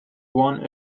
one